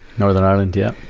northern ireland, yeah.